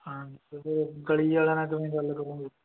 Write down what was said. ਹਾਂ ਗਲੀ ਵਾਲਿਆਂ ਨਾਲ ਤੁਸੀਂ ਗੱਲ ਕਰੋਗੇ